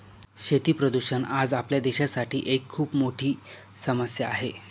शेती प्रदूषण आज आपल्या देशासाठी एक खूप मोठी समस्या आहे